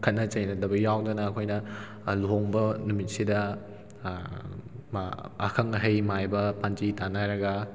ꯈꯠꯅ ꯆꯩꯅꯗꯕ ꯌꯥꯎꯗꯅ ꯑꯩꯈꯣꯏꯅ ꯂꯨꯍꯣꯡꯕ ꯅꯨꯃꯤꯠꯁꯤꯗ ꯑꯈꯪ ꯑꯍꯩ ꯃꯥꯏꯕ ꯄꯥꯟꯖꯤ ꯇꯥꯟꯅꯔꯒ